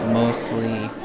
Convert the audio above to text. mostly